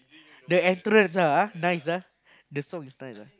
the entrance lah nice lah the song is nice lah